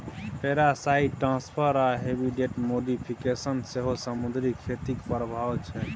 parasite transfer आ habitat modification सेहो समुद्री खेतीक प्रभाब छै